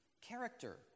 character